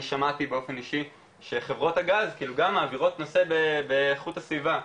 אני שמעתי באופן אישי שחברות הגז גם מעבירות נושא באיכות הסביבה,